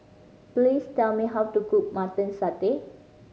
please tell me how to cook Mutton Satay